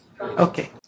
Okay